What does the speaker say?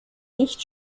nicht